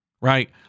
right